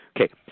Okay